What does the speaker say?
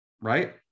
right